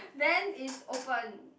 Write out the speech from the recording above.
then is open